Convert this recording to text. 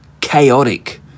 chaotic